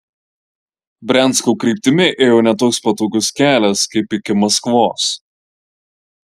briansko kryptimi ėjo ne toks patogus kelias kaip iki maskvos